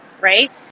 right